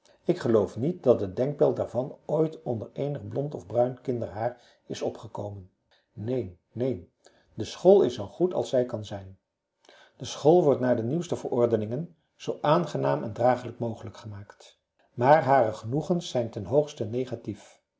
ik geloof niet dat het denkbeeld daarvan ooit onder eenig blond of bruin kinderhaar is opgekomen neen neen de school is zoo goed als zij zijn kan de school wordt naar de nieuwste verordeningen zoo aangenaam en dragelijk mogelijk gemaakt maar hare genoegens zijn ten hoogste negatief